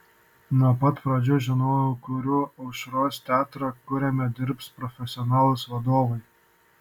nuo pat pradžių žinojau kuriu aušros teatrą kuriame dirbs profesionalūs vadovai